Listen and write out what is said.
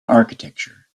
architecture